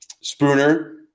Spooner